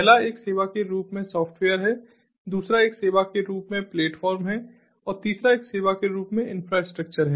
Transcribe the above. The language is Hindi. पहला एक सेवा के रूप में सॉफ्टवेयर है दूसरा एक सेवा के रूप में प्लेटफॉर्म है और तीसरा एक सेवा के रूप में इंफ्रास्ट्रक्चर है